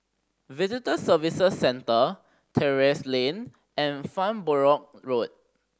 Visitor Services Centre Terrasse Lane and Farnborough Road